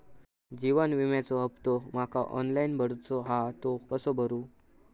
जीवन विम्याचो हफ्तो माका ऑनलाइन भरूचो हा तो कसो भरू?